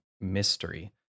mystery